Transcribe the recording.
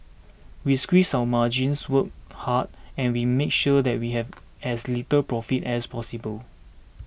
we squeeze our margins work hard and we make sure that we have as little profit as possible